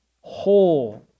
whole